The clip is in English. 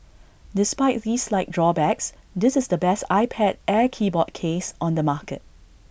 despite these slight drawbacks this is the best iPad air keyboard case on the market